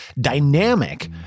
dynamic